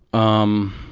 um,